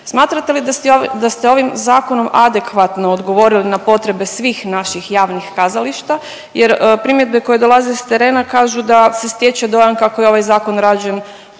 Smatrate li da ste ovim zakonom adekvatno odgovorili na potrebe svih naših javnih kazališta jer primjedbe koje dolaze s terena kažu da se stječe dojam kako je ovaj zakon rađen